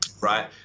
right